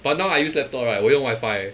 but now I use laptop right 我用 wiifi